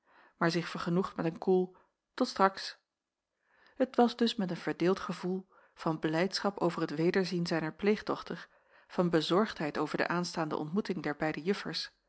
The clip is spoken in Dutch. maar zich vergenoegd met een koel tot straks het was dus met een verdeeld gevoel van blijdschap over het wederzien zijner pleegdochter van bezorgdheid over de aanstaande ontmoeting der